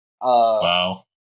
Wow